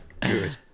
Good